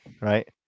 right